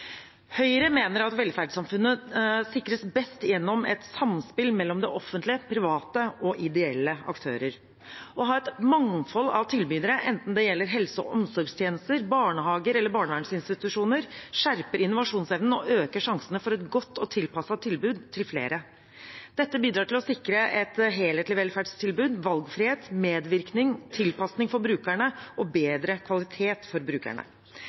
Høyre mener at velferdssamfunnet sikres best gjennom et samspill mellom det offentlige og private og ideelle aktører. Å ha et mangfold av tilbydere, enten det gjelder helse- og omsorgstjenester, barnehager eller barnevernsinstitusjoner, skjerper innovasjonsevnen og øker sjansene for et godt og tilpasset tilbud til flere. Dette bidrar til å sikre et helhetlig velferdstilbud, valgfrihet, medvirkning, tilpasning for brukerne og bedre kvalitet for brukerne.